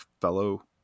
fellow